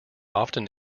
often